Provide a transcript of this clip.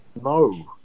No